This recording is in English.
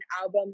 album